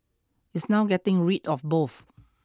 it's now getting rid of both